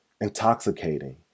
intoxicating